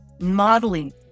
modeling